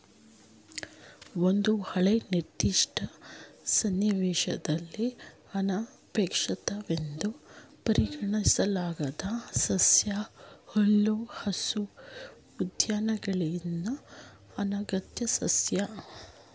ಒಂದು ಕಳೆ ನಿರ್ದಿಷ್ಟ ಸನ್ನಿವೇಶದಲ್ಲಿ ಅನಪೇಕ್ಷಿತವೆಂದು ಪರಿಗಣಿಸಲಾದ ಸಸ್ಯ ಹುಲ್ಲುಹಾಸು ಉದ್ಯಾನಗಳಲ್ಲಿನ ಅನಗತ್ಯ ಸಸ್ಯ